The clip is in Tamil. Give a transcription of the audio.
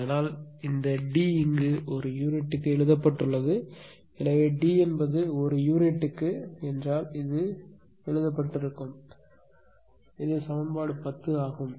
அதனால் இந்த டி இங்கு ஒரு யூனிட்டுக்கு எழுதப்பட்டுள்ளது எனவே டி என்பது ஒரு யூனிட்டுக்கு யூனிட்டுக்கு என்றால் இது எழுதப்பட்டிருந்தால் இது சமன்பாடு 10 ஆகும்